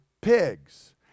pigs